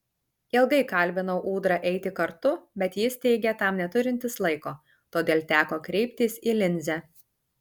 ilgai kalbinau ūdrą eiti kartu bet jis teigė tam neturintis laiko todėl teko kreiptis į linzę